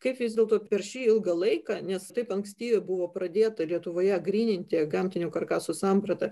kaip vis dėlto per šį ilgą laiką nes taip anksti buvo pradėta lietuvoje gryninti gamtinio karkaso sampratą